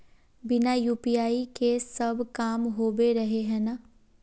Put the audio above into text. बिना यु.पी.आई के सब काम होबे रहे है ना?